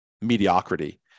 mediocrity